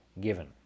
given